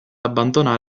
abbandona